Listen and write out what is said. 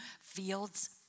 fields